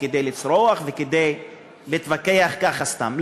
כדי לצרוח וכדי להתווכח ככה סתם.